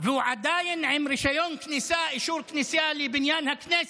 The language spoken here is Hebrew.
והוא עדיין עם אישור כניסה לבניין הכנסת.